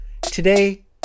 Today